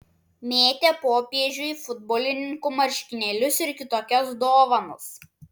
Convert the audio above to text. mėtė popiežiui futbolininkų marškinėlius ir kitokias dovanas